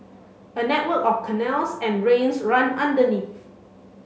a network of canals and drains run underneath